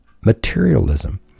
materialism